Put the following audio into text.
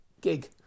gig